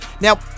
Now